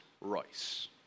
Royce